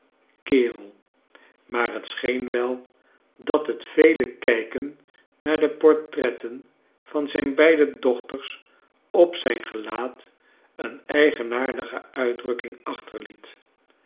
kerel maar het scheen wel dat hefe vele kijken naar de portretten vant zijn beide dochters op zijn gelaat een eigenaardige uitdrukking achterliet